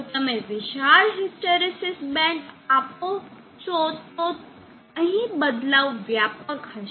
જો તમે વિશાળ હિસ્ટ્રેરીસીસ બેન્ડ આપો છો તો અહીં બદલાવ વ્યાપક હશે